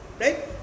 Right